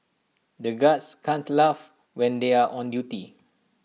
the guards can't laugh when they are on duty